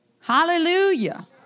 Hallelujah